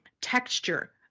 texture